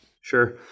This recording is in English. Sure